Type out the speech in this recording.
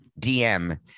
DM